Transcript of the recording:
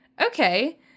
okay